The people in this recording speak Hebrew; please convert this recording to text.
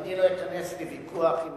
אני לא אכנס לוויכוח עם